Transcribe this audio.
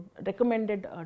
recommended